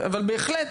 אבל בהחלט,